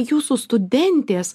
jūsų studentės